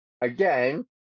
again